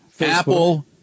Apple